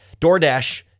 DoorDash